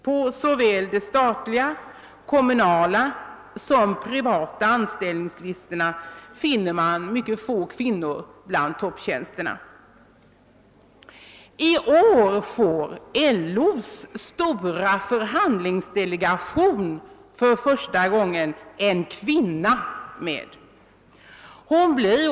På såväl de statliga och kommunala som de privata anställningslistorna återfinns mycket få kvinnor som innehavare av topptjänster. I år får LO:s stora förhandlingsdelegation för första gången en kvinna bland medlemmarna.